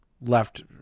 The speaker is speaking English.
Left